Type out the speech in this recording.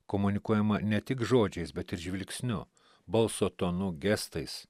komunikuojama ne tik žodžiais bet ir žvilgsniu balso tonu gestais